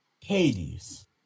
Hades